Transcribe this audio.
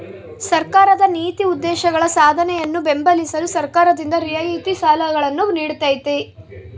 ಸರ್ಕಾರದ ನೀತಿ ಉದ್ದೇಶಗಳ ಸಾಧನೆಯನ್ನು ಬೆಂಬಲಿಸಲು ಸರ್ಕಾರದಿಂದ ರಿಯಾಯಿತಿ ಸಾಲಗಳನ್ನು ನೀಡ್ತೈತಿ